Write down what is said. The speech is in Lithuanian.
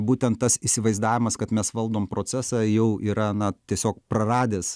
būten tas įsivaizdavimas kad mes valdom procesą jau yra na tiesiog praradęs